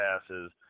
passes